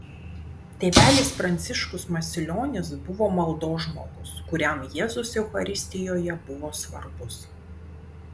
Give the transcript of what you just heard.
tėvelis pranciškus masilionis buvo maldos žmogus kuriam jėzus eucharistijoje buvo svarbus